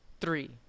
Three